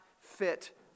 fit